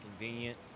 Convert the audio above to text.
convenient